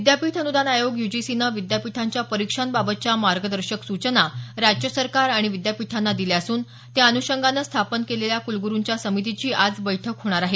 विद्यापीठ अनुदान आयोग यूजीसीनं विद्यापीठांच्या परीक्षांबाबतच्या मार्गदर्शक सूचना राज्य सरकार आणि विद्यापीठांना दिल्या असून त्याअनुषंगानं स्थापन केलेल्या कुलगुरुंच्या समितीची आज बैठक होणार आहे